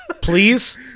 please